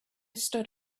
stood